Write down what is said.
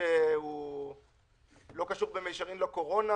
סעיף שלא קשור במישרין לקורונה,